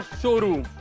showroom